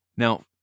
Now